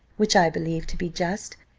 which i believe to be just,